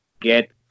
get